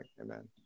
Amen